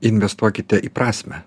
investuokite į prasmę